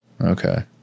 Okay